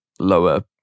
lower